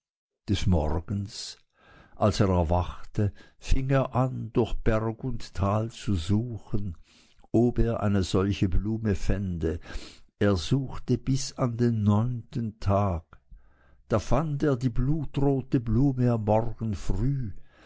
des morgens als er erwachte fing er an durch berg und tal zu suchen ob er eine solche blume fände er suchte bis an den neunten tag da fand er die blutrote blume am morgen früh